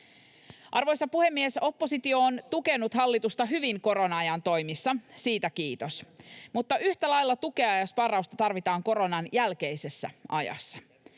Arvoisa puhemies! Oppositio on tukenut hallitusta hyvin korona-ajan toimissa, siitä kiitos. Mutta yhtä lailla tukea ja sparrausta tarvitaan koronan jälkeisessä ajassa.